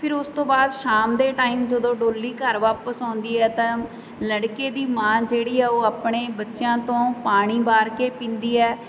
ਫਿਰ ਉਸ ਤੋਂ ਬਾਅਦ ਸ਼ਾਮ ਦੇ ਟਾਈਮ ਜਦੋਂ ਡੋਲੀ ਘਰ ਵਾਪਸ ਆਉਂਦੀ ਹੈ ਤਾਂ ਲੜਕੇ ਦੀ ਮਾਂ ਜਿਹੜੀ ਆ ਉਹ ਆਪਣੇ ਬੱਚਿਆਂ ਤੋਂ ਪਾਣੀ ਵਾਰ ਕੇ ਪੀਂਦੀ ਹੈ